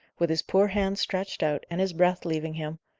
with his poor hands stretched out, and his breath leaving him,